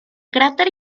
cráter